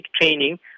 training